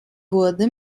wurde